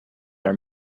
are